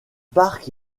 parc